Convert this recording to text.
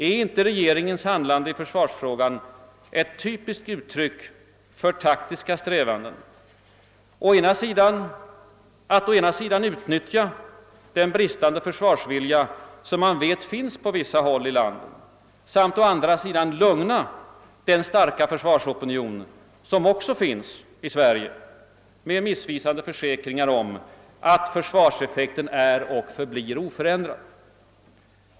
Är inte regeringens handlande i försvarsfrågan ett typiskt uttryck för taktiska strävanden att å ena sidan utnyttja den bristande försvarsvilja som man vet finns på vissa håll samt å andra sidan lugna den starka försvarsopinion som också finns i Sverige med missvisande försäkringar om att försvarseffekten är och förblir oförändrad?